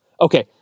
Okay